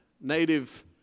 native